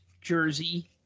jersey